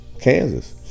Kansas